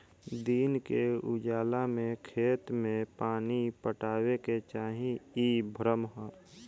दिन के उजाला में खेत में पानी पटावे के चाही इ भ्रम ह